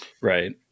Right